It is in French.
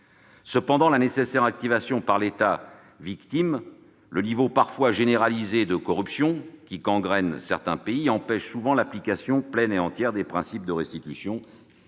Cependant, la nécessaire activation par l'État victime et le niveau parfois généralisé de corruption qui gangrène certains pays empêchent souvent l'application pleine et entière des principes de restitution et de